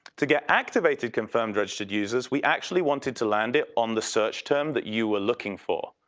to get activated confirmed registered users we actually wanted to land it on the search term that you were looking for.